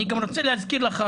אני גם רוצה להזכיר לך,